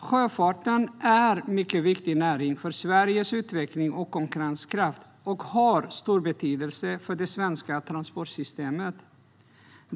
Sjöfarten är en mycket viktig näring för Sveriges utveckling och konkurrenskraft och har stor betydelse för det svenska transportsystemet.